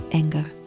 anger